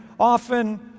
often